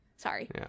Sorry